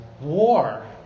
War